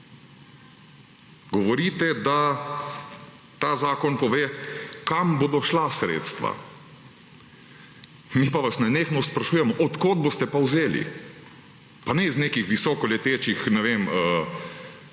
Govorite, da ta zakon pove, kam bodo šla sredstva, mi pa vas nenehno sprašujemo, od kod boste pa vzeli. Pa ne iz nekih visokoletečih, ne vem,